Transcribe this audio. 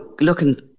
looking